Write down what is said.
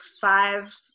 five